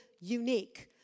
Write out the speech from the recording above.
unique